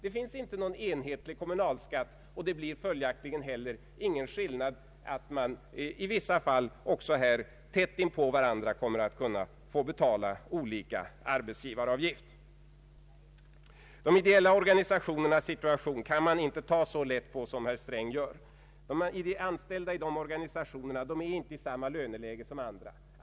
Det finns inte någon enhetlig kommunalskatt, och det blir följaktligen inte heller någon ändring på förhållandet att man i tätt intill varandra belägna orter kommer att få betala olika arbetsgivaravgift. Man kan inte ta så lätt på de ideella organisationernas situation som herr Sträng gör. De som är anställda i dessa organisationer är inte i samma löneläge som andra.